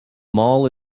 mall